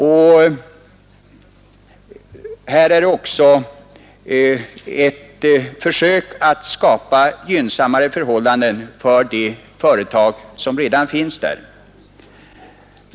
Här rör det sig också om ett försök att skapa gynnsammare förhållanden för de företag som redan finns där.